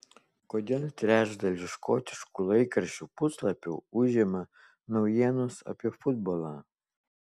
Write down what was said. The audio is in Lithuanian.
kodėl trečdalį škotiškų laikraščių puslapių užima naujienos apie futbolą